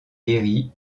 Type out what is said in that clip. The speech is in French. guéri